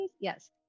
Yes